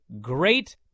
great